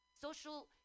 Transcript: social